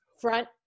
front